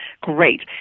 Great